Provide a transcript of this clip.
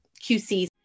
qc